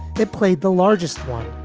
they played the largest one.